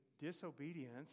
disobedience